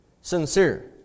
sincere